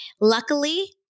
Luckily